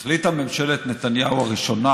החליטה ממשלת נתניהו הראשונה